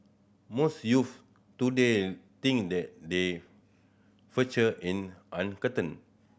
most youths today think that they future in uncertain